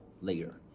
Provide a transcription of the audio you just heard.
later